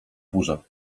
burza